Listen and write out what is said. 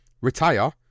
retire